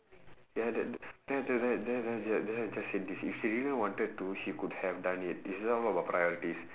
ya that that then then then then then then I just said this if she really wanted to she could have done it is all about priorities